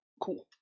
Cool